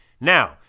Now